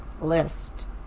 list